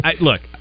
look